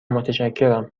متشکرم